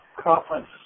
conference